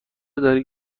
داری